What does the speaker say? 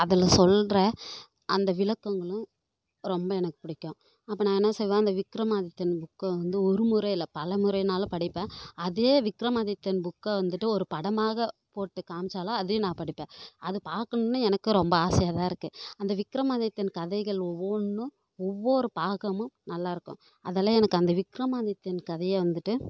அதில் சொல்கிற அந்த விளக்கங்களும் ரொம்ப எனக்கு பிடிக்கும் அப்போ நான் என்ன செய்வேன் அந்த விக்ரமாதித்தியன் புக்கை வந்து ஒரு முறை இல்லை பல முறைனாலும் படிப்பேன் அதே விக்ரமாதித்தியன் புக்கை வந்துட்டு ஒரு படமாக போட்டு காமிச்சாலும் அதையும் நான் படிப்பேன் அதை பார்க்கணுனே எனக்கும் ரொம்ப ஆசையாகதான் இருக்குது அந்த விக்ரமாதித்தியன் கதைகள் ஒவ்வொன்றும் ஒவ்வொரு பாகமும் நல்லாயிருக்கும் அதெல்லாம் எனக்கு அந்த விக்ரமாதித்தியன் கதையை வந்துட்டு